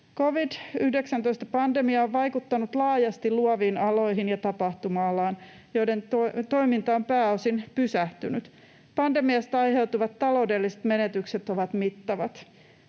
Covid-19-pandemia on vaikuttanut laajasti luoviin aloihin ja tapahtuma-alaan, joiden toiminta on pääosin pysähtynyt. Pandemiasta aiheutuvat taloudelliset menetykset ovat mittavat.